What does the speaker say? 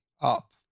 up